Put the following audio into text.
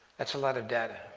that's a lot of data.